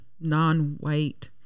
non-white